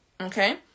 okay